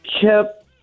kept